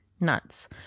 Nuts